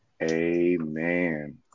Amen